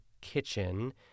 kitchen